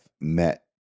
met